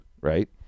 right